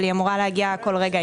אבל היא אמורה להגיע בכל רגע.